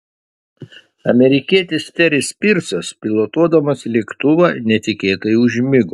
amerikietis teris pyrsas pilotuodamas lėktuvą netikėtai užmigo